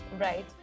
Right